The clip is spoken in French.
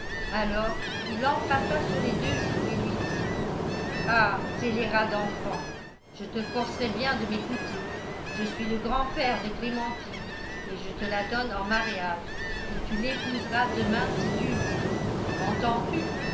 alors il l'embrassa sur les deux joues et lui dit ah scélérat d'enfant je te forcerai bien de m'écouter je suis le grand-père de clémentine et je te la donne en mariage et tu l'épouseras demain si tu veux entends-tu